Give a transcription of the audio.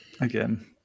Again